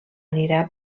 anirà